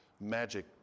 magic